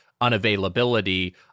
unavailability